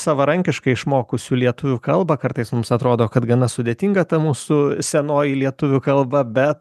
savarankiškai išmokusių lietuvių kalbą kartais mums atrodo kad gana sudėtinga ta mūsų senoji lietuvių kalba bet